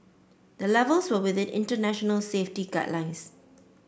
the levels were within international safety guidelines